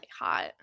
hot